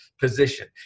position